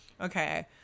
Okay